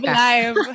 live